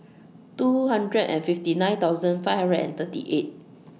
two hundred and fifty nine thousand five hundred and thirty eight